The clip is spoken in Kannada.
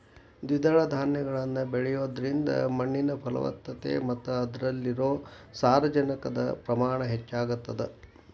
ದ್ವಿದಳ ಧಾನ್ಯಗಳನ್ನ ಬೆಳಿಯೋದ್ರಿಂದ ಮಣ್ಣಿನ ಫಲವತ್ತತೆ ಮತ್ತ ಅದ್ರಲ್ಲಿರೋ ಸಾರಜನಕದ ಪ್ರಮಾಣ ಹೆಚ್ಚಾಗತದ